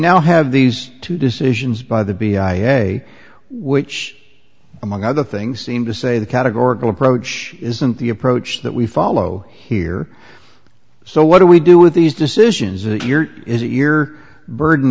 now have these two decisions by the b i a which among other things seem to say the categorical approach isn't the approach that we follow here so what do we do with these decisions that your is a year burden